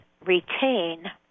retain